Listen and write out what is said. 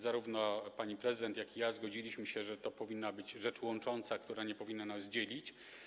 Zarówno pani prezydent, jak i ja zgodziliśmy się, że to powinna być rzecz łącząca, która nie powinna nas dzielić.